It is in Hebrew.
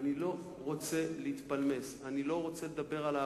אני לא רוצה להתפלמס, אני לא רוצה לדבר על העבר.